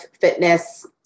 fitness